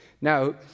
Now